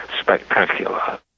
spectacular